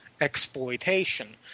exploitation